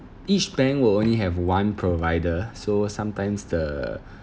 each bank will only have one provider so sometimes the